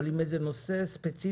אבל עם איזה נושא ספציפי.